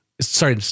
Sorry